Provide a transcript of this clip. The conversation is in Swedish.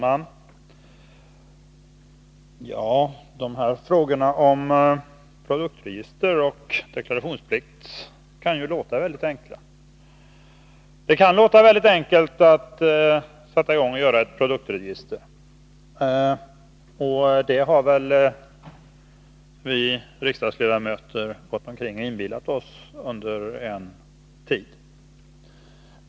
Herr talman! Frågorna om produktregister och deklarationsplikt kan låta väldigt enkla. Det kan låta väldigt enkelt att sätta i gång och göra ett produktregister. Det har väl vi riksdagsledmöter gått omkring och inbillat oss under en tid.